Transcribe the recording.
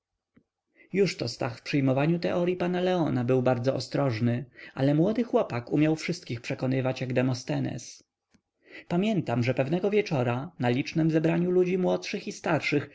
leon jużto stach w przyjmowaniu teoryi pana leona był bardzo ostrożny ale młody chłopak umiał wszystkich przekonywać jak demostenes pamiętam że pewnego wieczora na licznem zebraniu ludzi młodszych i starszych